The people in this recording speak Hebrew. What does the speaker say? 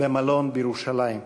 במלון בירושלים.